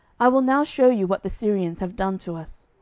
i will now shew you what the syrians have done to us.